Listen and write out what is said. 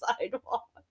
sidewalk